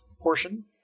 portion